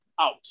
out